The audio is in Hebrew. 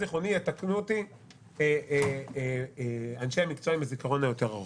יתקנו אותי אנשי מקצוע עם הזיכרון היותר ארוך